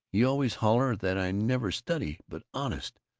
you always holler that i never study, but honest,